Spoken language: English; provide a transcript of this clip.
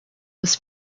was